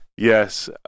Yes